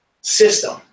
system